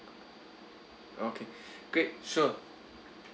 okay great sure